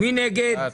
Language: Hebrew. מי נמנע?